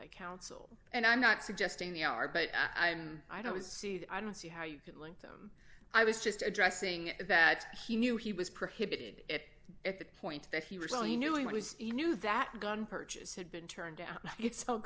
by counsel and i'm not suggesting they are but i'm i don't see the i don't see how you could link them i was just addressing that he knew he was prohibited it at the point that he really knew he was he knew that gun purchase had been turned down